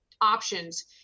options